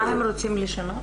מה הם רוצים לשנות?